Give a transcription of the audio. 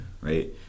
right